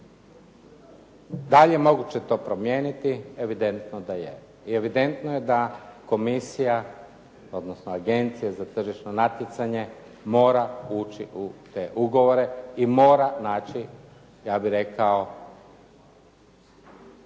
Da li je moguće to promijeniti? Evidentno da je. I evidentno je da komisija odnosno Agencija za tržišno natjecanje mora ući u te ugovore i mora naći, ja bih rekao,